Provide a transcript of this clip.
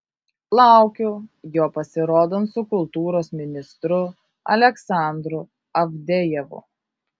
laukiu jo pasirodant su kultūros ministru aleksandru avdejevu